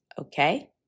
Okay